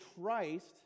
Christ